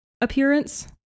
appearance